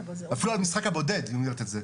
אפילו על המשחק הבודד היא אומרת את זה.